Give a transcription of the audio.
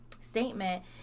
statement